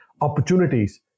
opportunities